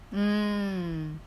mm